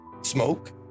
smoke